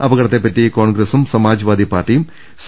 അപകടത്തെ പ്പറ്റി കോൺഗ്രസും സമാജ്വാദി പാർട്ടിയും സി